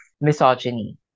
misogyny